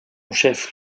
chef